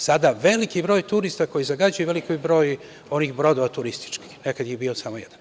Sada veliki broj turista koji zagađuju veliki broj onih brodova turističkih, nekada je bio samo jedan.